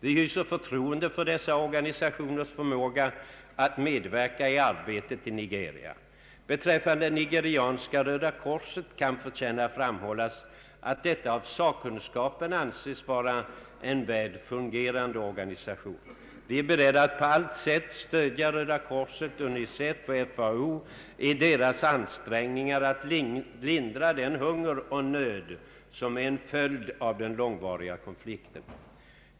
Vi hyser förtroende för dessa organisationers förmåga att medverka i arbetet i Nigeria. Beträffande Nigerianska röda korset kan förtjäna framhållas att detta av sakkunskapen anses vara en väl fungerande organisation. Vi är beredda att på allt sätt stödja Röda korset, UNICEF och FAO i deras ansträngningar att lindra den hunger och nöd, som är en följd av den långvariga konflikten.